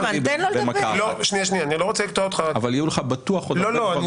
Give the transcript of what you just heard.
בטוח יהיו לך עוד הרבה דברים.